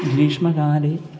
ग्रीष्मकाले